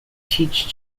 teach